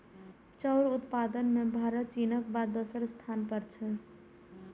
चाउर उत्पादन मे भारत चीनक बाद दोसर स्थान पर छै